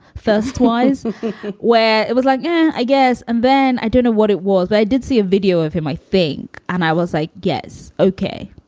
first was where it was like, yeah i guess. and then i dunno what it was. but i did see a video of him, i think, and i was, i like guess. okay,